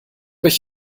ich